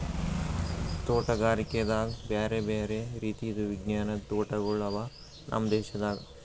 ತೋಟಗಾರಿಕೆದಾಗ್ ಬ್ಯಾರೆ ಬ್ಯಾರೆ ರೀತಿದು ವಿಜ್ಞಾನದ್ ತೋಟಗೊಳ್ ಅವಾ ನಮ್ ದೇಶದಾಗ್